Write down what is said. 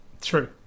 True